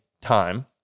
time